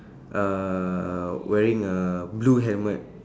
uh wearing a blue helmet